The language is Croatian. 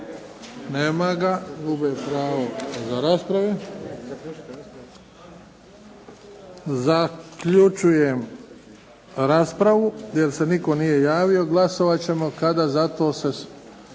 Nema ga, gubi pravo za raspravu. Zaključujem raspravu jer se nitko nije javio. Glasovat ćemo kada za to se